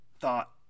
thought